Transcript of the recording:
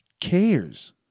cares